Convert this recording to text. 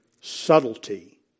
subtlety